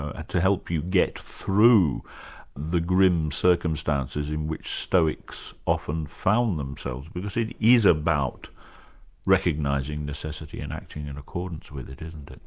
ah to help you get through the grim circumstances in which stoics often found themselves. because it is about recognising necessity and acting in accordance with it, isn't it?